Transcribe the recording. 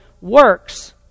works